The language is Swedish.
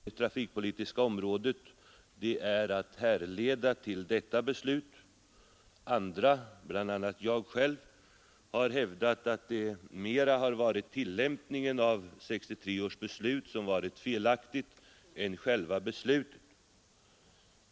Herr talman! Trots den debatt om trafikpolitiken som under senare år har förts både i riksdagen och i andra sammanhang kan det sä att i dess grundton har funnits gemensamma värderingar. Kritiken har framför allt gällt 1963 års trafikpolitiska beslut. En del har hävdat att alla fel på det trafikpolitiska området är att härleda till detta beslut. Andra, bl.a. jag själv, har hävdat att det mer har varit tillämpningen av 1963 års beslut som varit felaktig än själva beslutet.